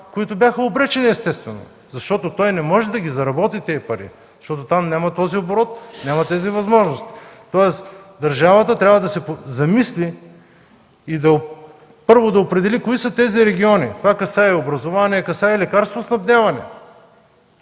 които бяха обречени, естествено, защото не може да заработи тези пари. Там няма този оборот, няма тези възможности. Следователно държавата трябва да се замисли и първо да определи кои са тези региони. Това касае образование, лекарствено снабдяване.